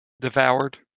devoured